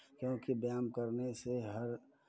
क्योंकि व्यायाम करने से हर